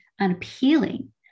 unappealing